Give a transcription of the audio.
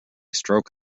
stroke